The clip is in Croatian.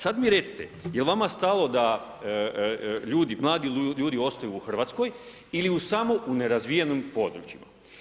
Sad mi recite, jer vama stalno da mladi ljudi ostaju u Hrvatskoj ili samo u nerazvijenim područjima?